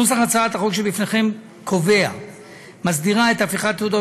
הצעת החוק שבפניכם מסדירה את הפיכת תעודת